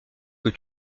que